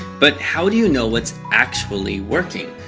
but how do you know what's actually working?